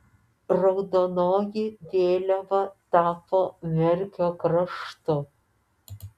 raudonoji vėliava tapo merkio kraštu